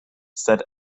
sed